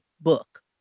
book